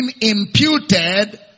imputed